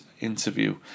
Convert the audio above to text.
interview